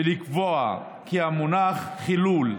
ולקבוע כי המונח "חילול",